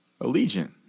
Allegiant